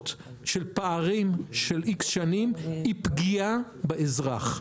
של פערים של X שנים היא פגיעה באזרח,